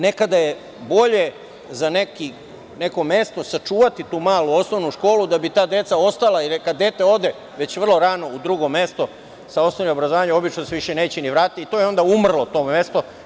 Nekada je bolje za neko mesto sačuvati tu malu osnovnu školu da bi ta deca ostala, jer kada dete ode već vrlo rano u drugo mesto sa osnovnim obrazovanjem, obično se više neće ni vraćati i onda je umrlo to mesto.